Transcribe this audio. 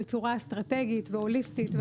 בצורה אסטרטגית והוליסטית,